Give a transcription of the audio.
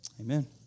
Amen